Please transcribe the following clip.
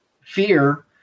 fear